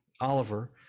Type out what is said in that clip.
Oliver